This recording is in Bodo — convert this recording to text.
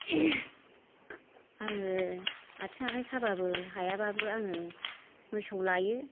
आङो आथिं आखाइ साबाबो हायाबाबो आङो मोसौ लायो